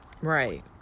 Right